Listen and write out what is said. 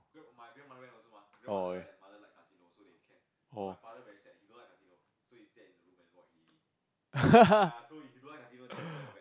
oh okay oh